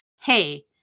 hey